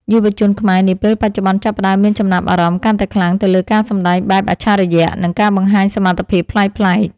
យុវជនខ្មែរនាពេលបច្ចុប្បន្នចាប់ផ្តើមមានចំណាប់អារម្មណ៍កាន់តែខ្លាំងទៅលើការសម្តែងបែបអច្ឆរិយៈ និង ការបង្ហាញសមត្ថភាពប្លែកៗ។